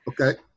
Okay